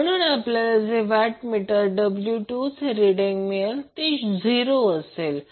म्हणून आपल्याला जे वॅटमीटर W 2 चे रिड मिळेल ते 0 असेल